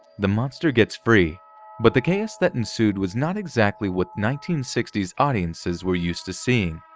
the monster gets free but the chaos that ensued was not exactly what nineteen sixty s audiences were used to seeing.